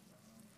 אדוני היושב-ראש,